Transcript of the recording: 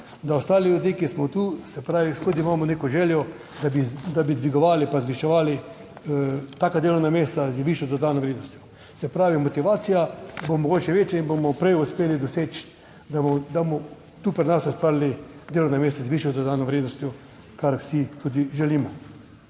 da ostali ljudje, ki smo tu, se pravi, spet imamo neko željo, da bi dvigovali, zviševali taka delovna mesta z višjo dodano vrednostjo. Se pravi, motivacija bo mogoče večja in bomo prej uspeli doseči, da bomo tu pri nas ustvarili delovna mesta z višjo dodano vrednostjo, kar vsi tudi želimo.